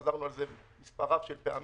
חזרנו על זה מספר רב של פעמים.